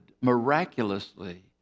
miraculously